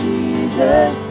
Jesus